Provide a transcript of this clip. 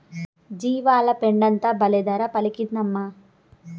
జీవాల పెండంతా బల్లే ధర పలికిందమ్మా